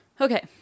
Okay